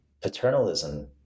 paternalism